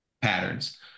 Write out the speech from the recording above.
patterns